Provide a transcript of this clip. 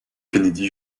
kennedy